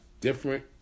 different